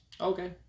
Okay